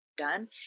done